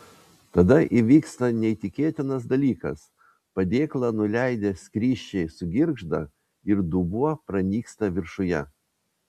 tada įvyksta neįtikėtinas dalykas padėklą nuleidę skrysčiai sugirgžda ir dubuo pranyksta viršuje